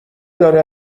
داره